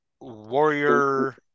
Warrior